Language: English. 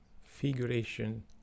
figuration